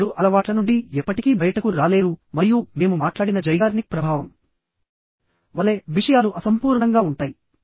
మీరు చెడు అలవాట్ల నుండి ఎప్పటికీ బయటకు రాలేరు మరియు మేము మాట్లాడిన జైగార్నిక్ ప్రభావం వలె విషయాలు అసంపూర్ణంగా ఉంటాయి